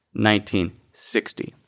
1960